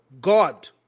God